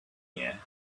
year